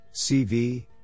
CV